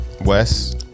Wes